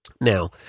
Now